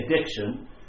addiction